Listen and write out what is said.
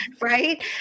right